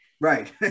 Right